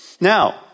Now